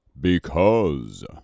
Because